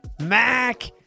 Mac